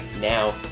now